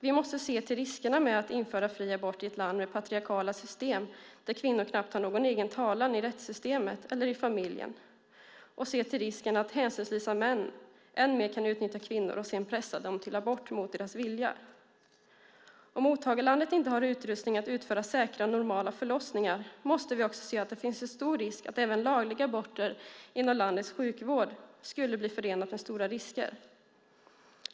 Vi måste se till riskerna med att införa fri abort i ett land med patriarkala system, där kvinnor knappt har någon egen talan i rättssystemet eller i familjen och se till risken att hänsynslösa män än mer utnyttja kvinnor och sedan pressa dem till abort mot deras vilja. Om mottagarlandet inte har utrustning för att utföra säkra och normala förlossningar måste vi se att det finns en stor risk att även lagliga aborter inom landets sjukvård skulle bli förenade med stora risker.